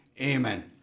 Amen